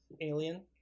alien